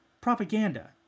propaganda